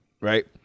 Right